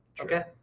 Okay